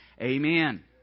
Amen